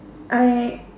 I